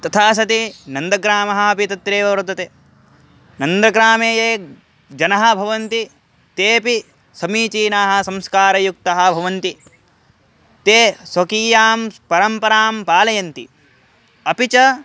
तथा सति नन्दग्रामः अपि तत्रैव वर्तते नन्दग्रामे ये जनः भवन्ति तेऽपि समीचीनाः संस्कारयुक्ताः भवन्ति ते स्वकीयां परम्परां पालयन्ति अपि च